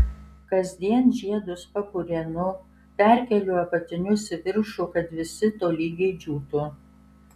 kasdien žiedus papurenu perkeliu apatinius į viršų kad visi tolygiai džiūtų